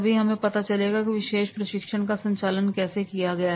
तभी हमें पता चलेगा की विशेष प्रशिक्षण का संचालन कैसे किया गया